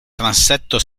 transetto